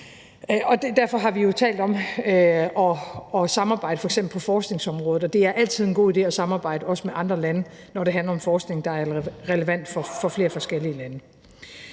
Derfor har vi jo talt om at samarbejde på f.eks. forskningsområdet, og det er altid en god idé at samarbejde også med andre lande, når det handler om forskning, der er relevant for flere forskellige lande.